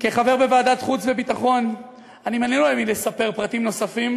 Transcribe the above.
כחבר בוועדת החוץ והביטחון אני מנוע מלספר פרטים נוספים.